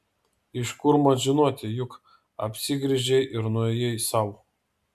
iš kur man žinoti juk apsigręžei ir nuėjai sau